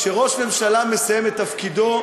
כשראש ממשלה מסיים את תפקידו,